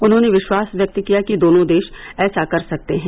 उन्होंने विश्वास व्यक्त किया कि दोनों देश ऐसा कर सकते हैं